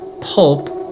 pulp